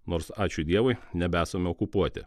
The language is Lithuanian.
nors ačiū dievui nebesame okupuoti